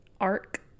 arc